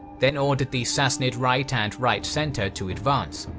then ordered the sassanid right and right-centre to advance,